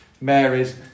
Mary's